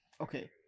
okay